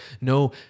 No